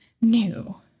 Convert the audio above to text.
new